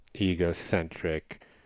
egocentric